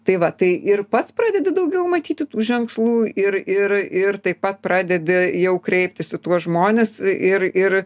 tai va tai ir pats pradedi daugiau matyti tų ženklų ir ir ir taip pat pradedi jau kreiptis į tuos žmones ir ir